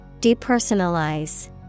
Depersonalize